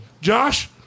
Josh